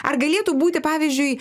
ar galėtų būti pavyzdžiui